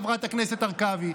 חברת הכנסת הרכבי,